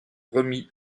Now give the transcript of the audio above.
remis